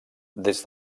des